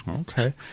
okay